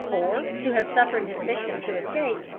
or to have suffered his victim to escape,